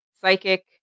psychic